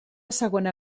segona